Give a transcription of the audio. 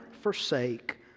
forsake